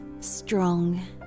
strong